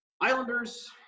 Islanders –